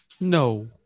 no